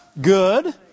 Good